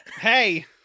Hey